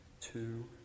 two